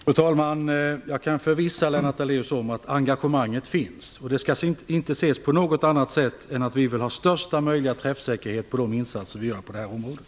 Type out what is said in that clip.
Fru talman! Lennart Daléus kan vara förvissad om att engagemanget finns. Detta skall inte ses på något annat sätt än att vi vill ha största möjliga träffsäkerhet när det gäller de insatser vi gör på det här området.